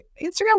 Instagram